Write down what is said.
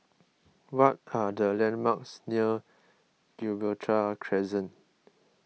what are the landmarks near Gibraltar Crescent